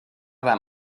that